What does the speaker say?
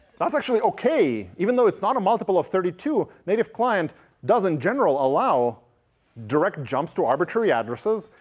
that's actually ok, even though it's not a multiple of thirty two. native client doesn't generally allow direct jumps to arbitrary addresses,